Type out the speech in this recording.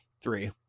three